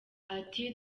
ati